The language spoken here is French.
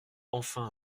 enfin